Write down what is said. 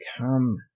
come